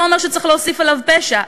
לא אומר שצריך להוסיף עליו פשע.